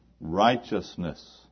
Righteousness